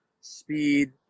speed